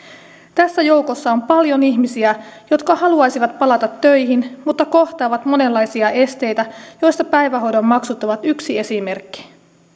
tässä joukossa on paljon ihmisiä jotka haluaisivat palata töihin mutta kohtaavat monenlaisia esteitä joista päivähoidon maksut ovat yksi esimerkki